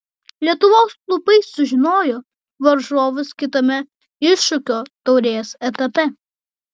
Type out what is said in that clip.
lietuvos klubai sužinojo varžovus kitame iššūkio taurės etape